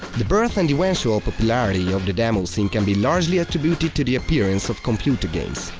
the birth and eventual popularity of the demoscene can be largely attributed to the appearance of computer games,